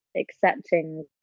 accepting